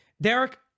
Derek